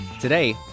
today